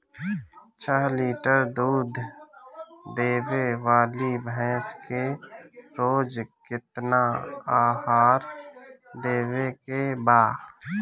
छह लीटर दूध देवे वाली भैंस के रोज केतना आहार देवे के बा?